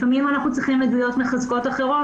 לפעמים אנחנו צריכים עדויות מחזקות אחרות.